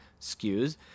skews